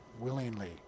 willingly